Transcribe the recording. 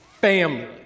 family